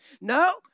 No